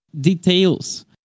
details